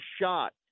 shot